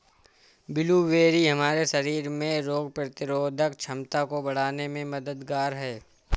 blueberry हमारे शरीर में रोग प्रतिरोधक क्षमता को बढ़ाने में मददगार है